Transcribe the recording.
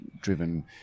driven